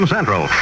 Central